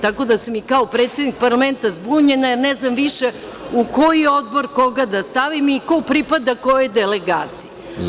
Tako da sam i kao predsednik parlamenta zbunjena, jer ne znam više u koji Odbor koga da stavim i ko pripada kojoj delegaciji.